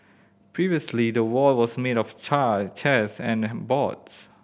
previously the wall was made of chairs and and boards